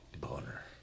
Boner